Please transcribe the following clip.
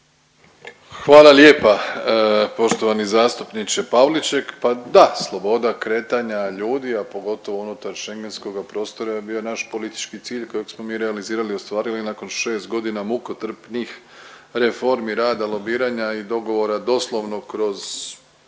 Hvala lijepa poštovani zastupniče Pavliček. Pa da, sloboda kretanja ljudi, a pogotovo unutar Schengenskoga prostora je bio naš politički cilj kojeg smo mi realizirali, ostvarili nakon 6 godina mukotrpnih reformi rada, lobiranja i dogovora doslovno kroz